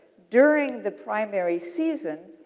during the primary season,